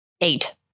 Eight